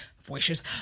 voices